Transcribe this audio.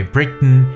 Britain